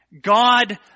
God